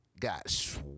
got